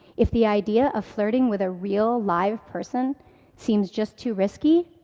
if the idea of flirting with a real live person seems just too risky,